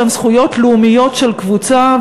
שהן זכויות לאומיות של קבוצה,